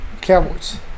Cowboys